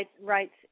rights